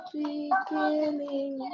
beginning